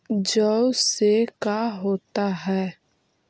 जौ से का होता है?